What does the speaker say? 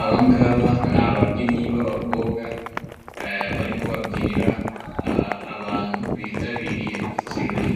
Aba ngaba ni ababyinnyi ba bakobwa, barimo babyinira abantu bitabiriye ikirori,